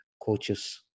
coaches